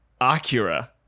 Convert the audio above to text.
Acura